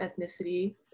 ethnicity